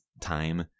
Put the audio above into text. time